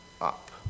up